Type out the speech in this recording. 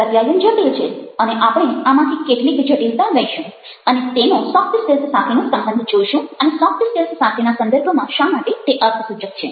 પ્રત્યાયન જટિલ છે અને આપણે આમાંથી કેટલીક જટિલતા લઈશું અને તેનો સોફ્ટ સ્કિલ્સ સાથેનો સંબંધ જોઈશું અને સોફ્ટ સ્કિલ્સ સાથેના સંદર્ભમાં શા માટે તે અર્થસૂચક છે